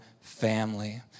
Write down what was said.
family